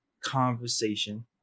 conversation